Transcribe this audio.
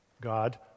God